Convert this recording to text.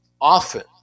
often